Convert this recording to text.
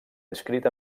inscrita